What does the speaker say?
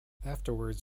afterwards